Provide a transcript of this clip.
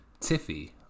Tiffy